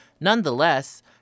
Nonetheless